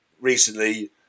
recently